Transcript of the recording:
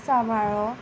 सांबाळ्ळो